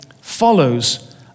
follows